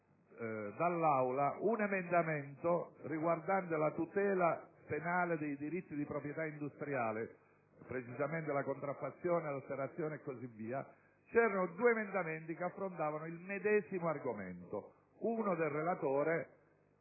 dall'Aula un emendamento riguardante la tutela penale dei diritti di proprietà industriale (la contraffazione, l'alterazione e così via). Poiché erano stati presentati due emendamenti che affrontavano il medesimo argomento, uno dal relatore